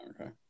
Okay